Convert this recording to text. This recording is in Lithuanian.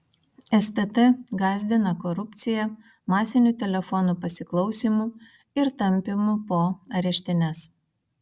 stt gąsdina korupcija masiniu telefonų pasiklausymu ir tampymu po areštines